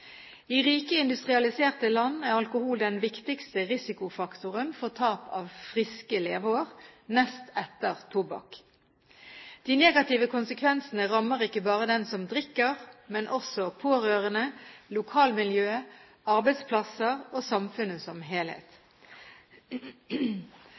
I rike, industrialiserte land er alkohol den viktigste risikofaktoren for tap av friske leveår, nest etter tobakk. De negative konsekvensene rammer ikke bare den som drikker, men også pårørende, lokalmiljøet, arbeidsplasser og samfunnet som